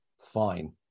fine